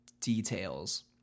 details